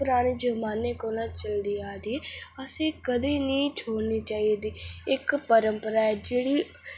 पराने जमाने कोला चलदी आ दी ऐ असें कदें बी नेईं छोडनी चाहिदी इक परंमपरा ऐ जेहड़ी